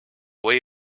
way